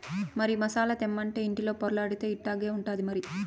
మరి మసాలా తెమ్మంటే ఇంటిలో పొర్లాడితే ఇట్టాగే ఉంటాది మరి